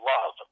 Love